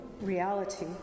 reality